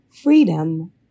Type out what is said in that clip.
Freedom